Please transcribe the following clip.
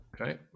Okay